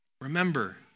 Remember